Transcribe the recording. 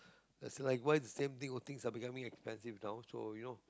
it's like why the same things are becoming expensive now so you know